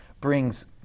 brings